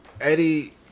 Eddie